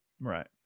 Right